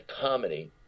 comedy